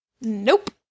Nope